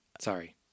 Sorry